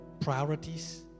priorities